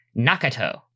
Nakato